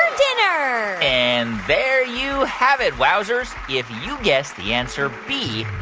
dinner and there you have it, wowzers. if you guessed the answer b,